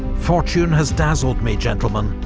fortune has dazzled me, gentlemen.